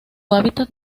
hábitat